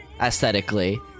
Aesthetically